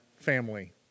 family